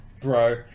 Bro